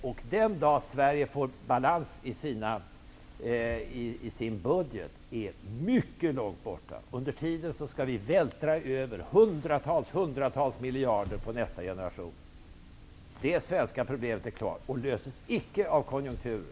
Den dag då Sverige får balans i sin budget är mycket långt borta. Under tiden skall vi vältra över hundratals miljarder på nästa generation. Det svenska problemet är kvar, och det löses icke av konjunkturen.